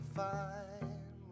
fine